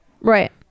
Right